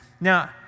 Now